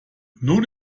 nun